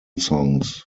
songs